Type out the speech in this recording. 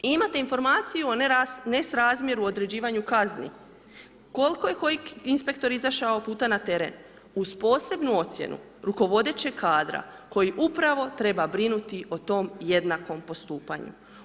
I imate informaciju o nesrazmjeru određivanju kazni koliko je koji inspektor izašao puta na teren, uz posebnu ocjenu rukovodećeg kadra koji upravo treba brinuti o tom jednakom postupanju.